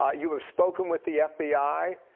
ah you have spoken with the fbi.